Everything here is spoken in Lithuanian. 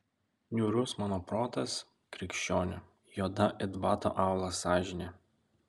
niūrus mano protas krikščioni juoda it bato aulas sąžinė